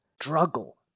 struggle